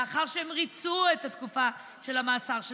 לאחר שהם ריצו את תקופת המאסר שלהם,